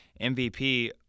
MVP